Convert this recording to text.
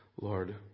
Lord